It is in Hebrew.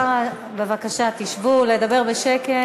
חבר הכנסת ביטן, השר, בבקשה, תשבו, לדבר בשקט.